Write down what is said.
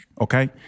okay